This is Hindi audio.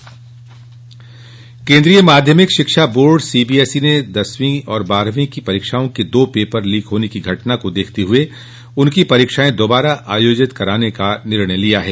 पेपर लीक केंद्रीय माध्यमिक शिक्षा बोर्ड सीबीएसई ने दसवीं और बारहवीं की परीक्षाओं के दो पेपर लीक होने की घटना को देखते हुए उनकी परीक्षाएं दोबारा आयोजित कराने का निर्णय लिया है